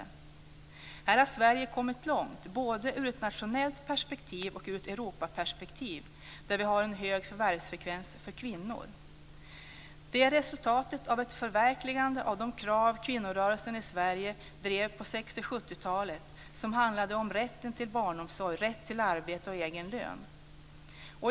I det här avseendet har Sverige kommit långt både ur ett nationellt perspektiv och ur ett Europaperspektiv. Vi har en hög förvärvsfrekvens bland kvinnor. Det är resultatet av ett förverkligande av de krav som kvinnorörelsen i Sverige drev på 60 och 70-talet som handlade om rätten till barnomsorg, arbete och egen lön.